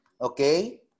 okay